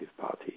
Party